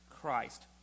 Christ